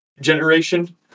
generation